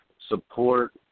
support